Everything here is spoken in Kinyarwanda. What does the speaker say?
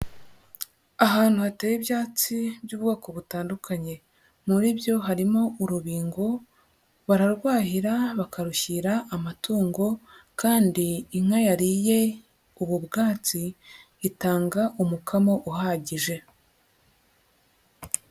Ahantu hateye ibyatsi by'ubwoko butandukanye, muri byo harimo urubingo, bararwahira bakarushyira amatungo kandi inka yariye ubu bwatsi itanga umukamo uhagije.